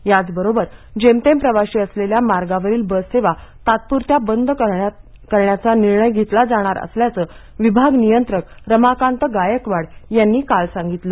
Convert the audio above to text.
याच बरोबरजेमतेम प्रवासी असलेल्या मार्गावरील बससेवा तात्पूरत्या स्वरूपात बंद करण्याचा निर्णय घेतला जाणार असल्याचं विभाग नियंत्रक रमाकांत गायकवाड यांनी काल सांगितलं